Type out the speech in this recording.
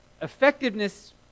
Effectiveness